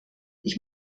ich